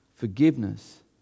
Forgiveness